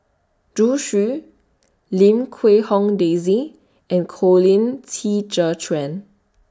Zhu Xu Lim Quee Hong Daisy and Colin Qi Zhe Quan